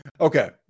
Okay